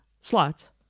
Slots